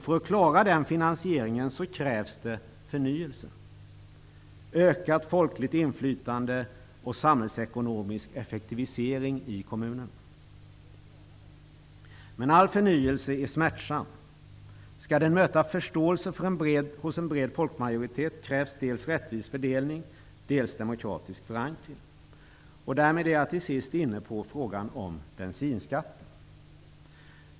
För att klara den finansieringen krävs det förnyelse, ökat folkligt inflytande och samhällsekonomisk effektivisering i kommunerna. Men all förnyelse är smärtsam. Skall den möta förståelse hos en bred folkmajoritet krävs dels rättvis fördelning, dels demokratisk förankring. Därmed är jag till sist inne på frågan om bensinskatten.